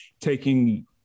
taking